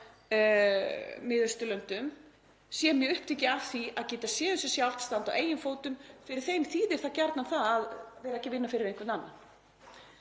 Miðausturlöndum, sé mjög upptekið af því að geta séð um sig sjálft, standa á eigin fótum. Fyrir þeim þýðir það gjarnan að vera ekki að vinna fyrir einhvern annan.